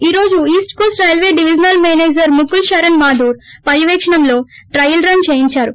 ఈ రోజు east coast railway divisional manager Mukul Sharan Mathur పర్యపేక్షణలో ట్రయిల్ రన్ చేయిందారు